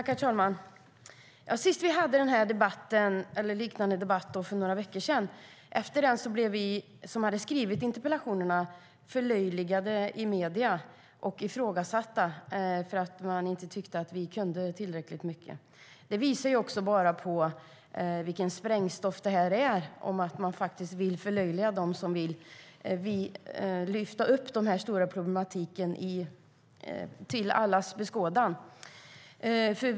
Herr talman! Vi hade en liknande debatt för några veckor sedan. Efter den blev vi som hade skrivit interpellationerna förlöjligade i medierna och ifrågasatta. Man tyckte inte att vi kunde tillräckligt mycket. Det visar ju också vilket sprängstoff detta är när man förlöjligar dem som vill lyfta fram denna stora problematik till allas beskådan.